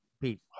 Pete